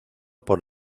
por